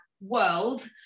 world